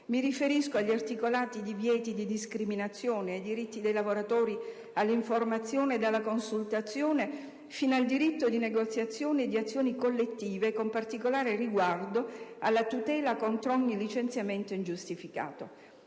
mi riferisco agli articolati divieti di discriminazione, ai diritti dei lavoratori all'informazione e alla consultazione, fino al diritto di negoziazione e di azioni collettive con particolare riguardo alla «tutela contro ogni licenziamento ingiustificato».